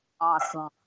awesome